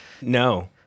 No